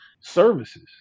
services